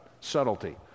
Subtlety